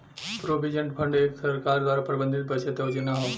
provident fund एक सरकार द्वारा प्रबंधित बचत योजना हौ